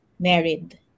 Married